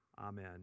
Amen